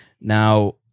Now